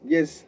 Yes